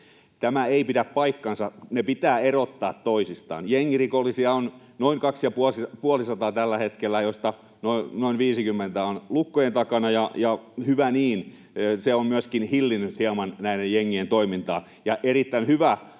Tämä ei pidä paikkaansa. Ne pitää erottaa toisistaan. Jengirikollisia on tällä hetkellä noin kaksi ja puoli sataa, joista noin 50 on lukkojen takana, ja hyvä niin. Se on myöskin hillinnyt hieman näiden jengien toimintaa.